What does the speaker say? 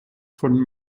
von